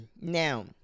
Now